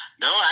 No